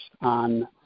on